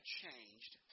changed